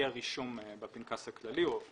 אי-הרישום בפנקס הכללי או אי-הבדיקה.